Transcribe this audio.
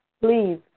Please